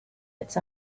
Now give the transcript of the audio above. its